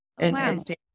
interesting